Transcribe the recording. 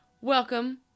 welcome